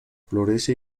florece